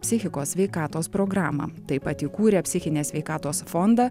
psichikos sveikatos programą taip pat įkūrė psichinės sveikatos fondą